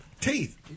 Teeth